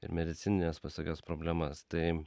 ir medicinines visokias problemas tai